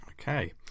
Okay